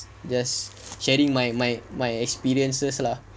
just sharing my my my experiences lah